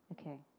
Okay